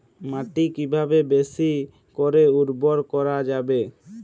মাটি কিভাবে বেশী করে উর্বর করা যাবে?